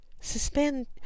Suspend